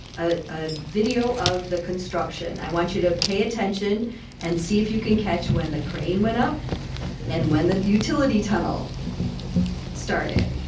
a video of the construction. i want you to pay attention and see if you can catch when the crane went up and when the utility tunnel started.